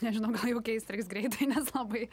nežinau gal jau keist reiks greitai nes labai